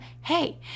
hey